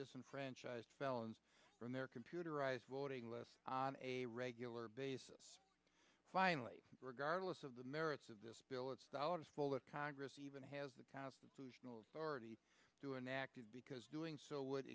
disenfranchised felons from their computerized voting less on a regular basis finally regardless of the merits of this bill it's dollars full of congress even has the constitutional authority to enact it because doing so would